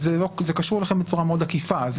קשור אליכם בצורה מאוד עקיפה.